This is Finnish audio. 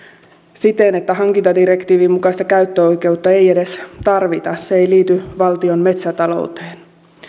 siten että hankintadirektiivin mukaista käyttöoikeutta ei edes tarvita se ei liity valtion metsätalouteen